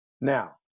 now